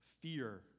fear